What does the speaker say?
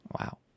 Wow